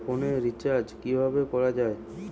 ফোনের রিচার্জ কিভাবে করা যায়?